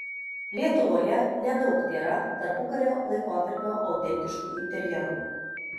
lietuvoje nedaug tėra tarpukario laikotarpio autentiškų interjerų